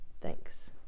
thanks